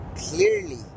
clearly